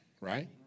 Right